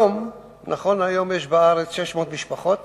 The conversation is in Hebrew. כיום יש בארץ 600 משפחות,